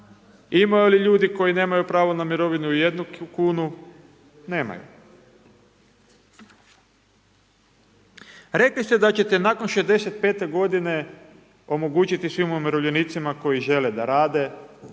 Ima li ljudi koji nemaju pravo na mirovinu i 1 kunu? Nemaju. Rekli ste da ćete nakon 65 godine, omogućiti svim umirovljenicima koji žele da rade, imaju